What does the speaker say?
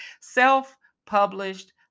self-published